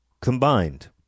combined